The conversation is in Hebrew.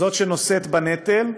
זאת שנושאת בנטל.